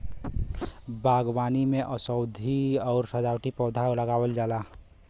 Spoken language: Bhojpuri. बागवानी में औषधीय आउर सजावटी पौधा लगावल जाला